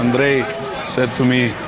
andrey said to me,